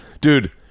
dude